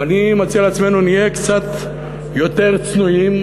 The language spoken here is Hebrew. אז אני מציע לעצמנו שנהיה קצת יותר צנועים.